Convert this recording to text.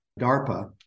DARPA